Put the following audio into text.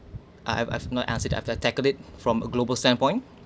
I've I've not answered it I also tackled it from a global standpoint